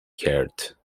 heard